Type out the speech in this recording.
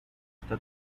esta